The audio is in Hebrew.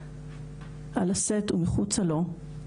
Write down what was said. על הסט ומחוצה לו,